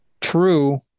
True